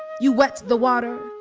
you wet the water,